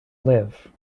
live